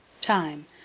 time